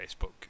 Facebook